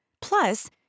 Plus